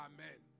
Amen